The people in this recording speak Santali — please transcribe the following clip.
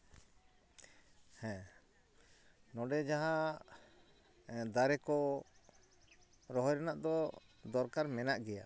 ᱦᱮᱸ ᱱᱚᱰᱮ ᱡᱟᱦᱟᱸ ᱫᱟᱨᱮ ᱠᱚ ᱨᱚᱦᱚᱭ ᱨᱮᱱᱟᱜ ᱫᱚ ᱫᱚᱨᱠᱟᱨ ᱢᱮᱱᱟᱜ ᱜᱮᱭᱟ